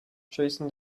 jason